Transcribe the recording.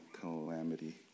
calamity